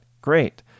great